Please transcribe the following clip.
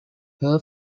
her